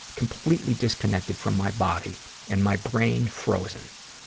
completely disconnected from my body and my brain frozen.